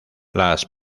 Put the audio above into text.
las